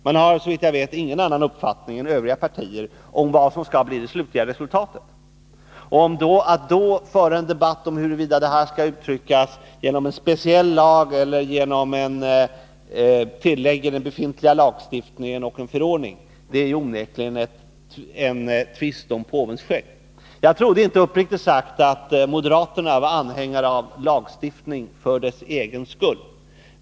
De har, såvitt jag vet, ingen annan uppfattning än Övriga partier om vad som skall bli det slutliga resultatet. Att då föra en debatt om huruvida målet skall uttryckas genom en speciell lag, genom ett tillägg till den befintliga lagstiftningen eller genom en förordning är onekligen en tvist om påvens skägg. Jag trodde uppriktigt sagt inte att moderaterna var anhängare av lagstiftning för dess egen skull.